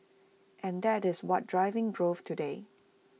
and that is what is driving growth today